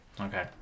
Okay